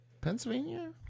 Pennsylvania